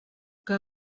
que